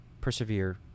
persevere